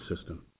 system